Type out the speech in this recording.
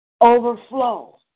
Overflow